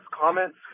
comments